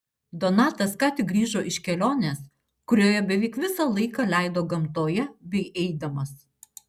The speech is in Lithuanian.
donatas ką tik grįžo iš kelionės kurioje beveik visą laiką leido gamtoje bei eidamas